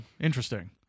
interesting